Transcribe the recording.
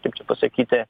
kaip čia pasakyti